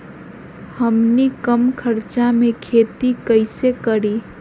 हमनी कम खर्च मे खेती कई से करी?